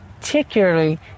particularly